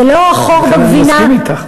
זה לא החור בגבינה, לכן אני מסכים אתך.